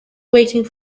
waiting